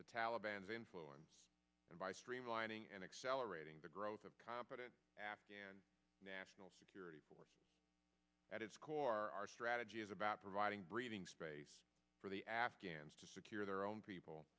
the taliban's influence and by streamlining and accelerating the growth of competent afghan national security at its core our strategy is about providing breathing space for the afghans to secure their own people